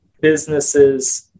businesses